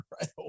right